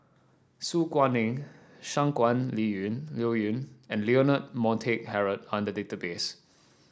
Su Guaning Shangguan Liyun Liuyun and Leonard Montague Harrod are in the database